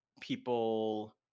people